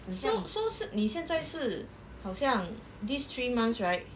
so so 你现在是好像 these three months right